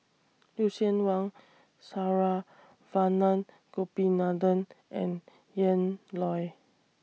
Lucien Wang Saravanan Gopinathan and Ian Loy